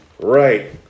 Right